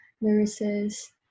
nurses